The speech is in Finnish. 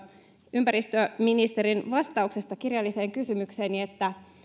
ympäristöministerin vastauksesta kirjalliseen kysymykseeni että